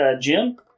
Jim